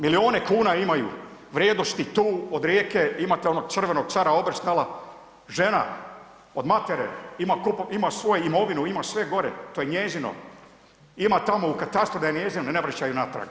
Milijune kuna imaju, vrijednosti tu od Rijeke imate onog crvenog cara Obersnela, žena od matere ima svoju imovinu, ima sve gore, to je njezino, ima tamo u katastru da je njezino i ne vraća ju natrag.